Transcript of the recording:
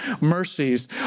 mercies